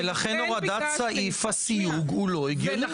ולכן הורדת סעיף הסיוג הוא לא הגיוני.